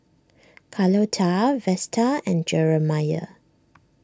Carlotta Vesta and Jeremiah